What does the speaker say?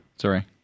Sorry